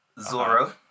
Zoro